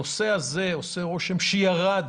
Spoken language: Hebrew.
הנושא הזה, עושה רושם שירד